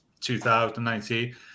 2019